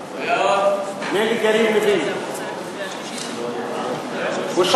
6, אין נמנעים.